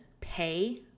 pay